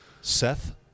Seth